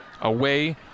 away